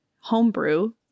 homebrew